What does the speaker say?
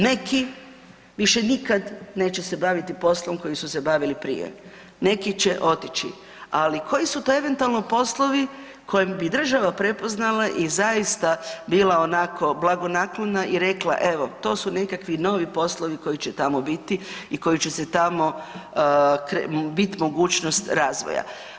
Neki više nikad neće se baviti poslom kojim su se bavili prije, neki će otići, ali koji su to eventualno poslovi koje bi država prepoznala i zaista bila onako blagonaklona i rekla, evo to su nekakvi novi poslovi koji će tamo biti i koji će se tamo bit mogućnost razvoja.